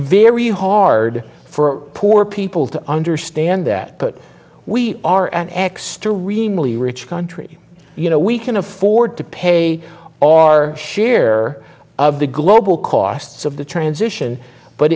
very hard for poor people to understand that we are an extra remotely rich country you know we can afford to pay all our share of the global costs of the transition